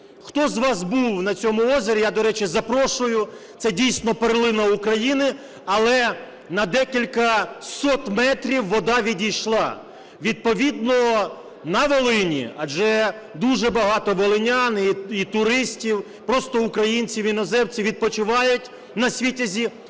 Хто з вас був на цьому озері - я, до речі, запрошую, це дійсно перлина України, - але на декілька сот метрів вода відійшла. Відповідно на Волині, адже дуже багато волинян і туристів, просто українців, іноземців відпочивають на Світязі,